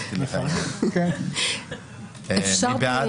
מי בעד,